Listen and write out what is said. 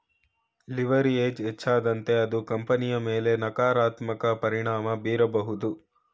leverage ಹೆಚ್ಚಾದಂತೆ ಅದು ಕಂಪನಿಯ ಮೇಲೆ ನಕಾರಾತ್ಮಕ ಪರಿಣಾಮ ಬೀರಬಹುದು